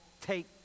take